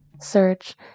Search